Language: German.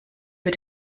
für